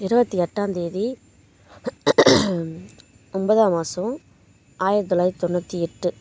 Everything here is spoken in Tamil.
இருபத்தி எட்டாம்தேதி ஒன்பதாம் மாதம் ஆயிரத்து தொள்ளாயிரத்து தொண்ணூற்றி எட்டு